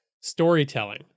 storytelling